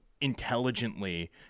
intelligently